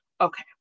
Okay